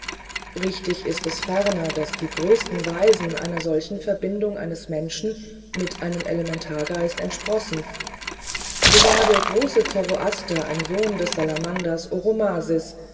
richtig ist es ferner daß die größten weisen einer solchen verbindung eines menschen mit einem elementargeist entsprossen so war der große zoroaster ein sohn des salamanders